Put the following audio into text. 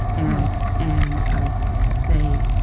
and and i say,